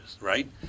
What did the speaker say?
right